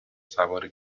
سوار